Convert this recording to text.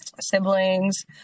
siblings